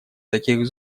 таких